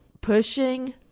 pushing